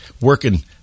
working